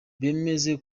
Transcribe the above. bemeze